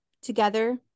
Together